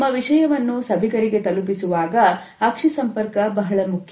ನಮ್ಮ ವಿಷಯವನ್ನು ಸಭಿಕರಿಗೆ ತಲುಪಿಸುವಾಗ ಅಕ್ಷಿ ಸಪರ್ಕ ಬಹಳ ಮುಖ್ಯ